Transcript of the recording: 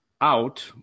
out